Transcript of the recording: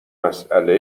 مساله